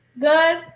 Good